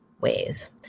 ways